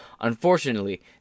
Unfortunately